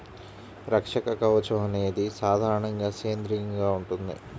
రక్షక కవచం అనేది సాధారణంగా సేంద్రీయంగా ఉంటుంది